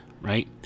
right